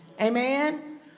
Amen